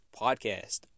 Podcast